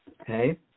Okay